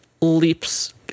leaps